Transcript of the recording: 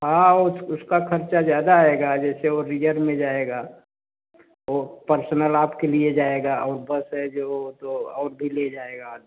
हाँ उस उसका ख़र्चा ज़्यादा आएगा जैसे वह रिजर्व में जाएगा तो पर्सनल आपके लिए जाएगा और बस है जो वह तो और भी ले जाएगा आदमी